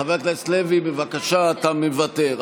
חבר הכנסת מיקי לוי, בבקשה, מוותר.